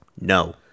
No